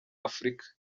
afurika